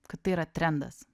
kad tai yra trendas